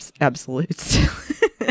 absolutes